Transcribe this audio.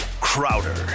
Crowder